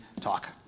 talk